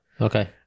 Okay